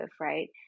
right